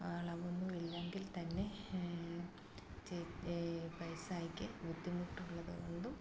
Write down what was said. അളവൊന്നും ഇല്ലെങ്കിൽ തന്നെ പൈസായ്ക്ക് ബുദ്ധിമുട്ടുള്ളതുകൊണ്ടും